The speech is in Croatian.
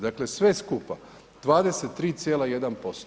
Dakle sve skupa 23,1%